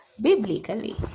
biblically